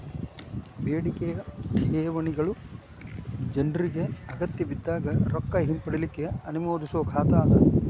ಬೇಡಿಕೆಯ ಠೇವಣಿಗಳು ಜನ್ರಿಗೆ ಅಗತ್ಯಬಿದ್ದಾಗ್ ರೊಕ್ಕ ಹಿಂಪಡಿಲಿಕ್ಕೆ ಅನುಮತಿಸೊ ಖಾತಾ ಅದ